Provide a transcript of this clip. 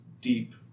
deep